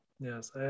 yes